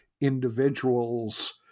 individuals